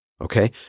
okay